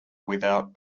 without